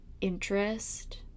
interest